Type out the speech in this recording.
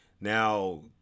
Now